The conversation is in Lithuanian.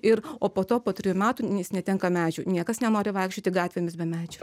ir o po to po trijų metų jis netenka medžių niekas nenori vaikščioti gatvėmis be medžių